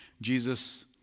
Jesus